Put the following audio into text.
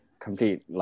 complete